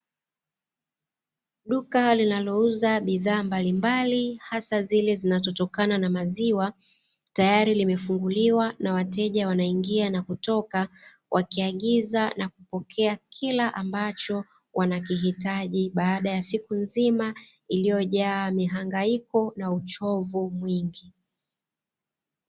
Duka linalouza bidhaa mbalimbali hasa zile zinazotokana na maziwa, tayari limefunguliwa na wateja wanaingia na kutoka, wakiagiza na kupokea kila ambacho wanakihitaji, baada ya siku nzima iliyojaa mihangaiko na uchovu mwingi.